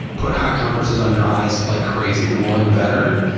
put hot compresses on your eyes like crazy, the more the better.